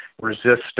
resistance